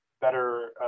better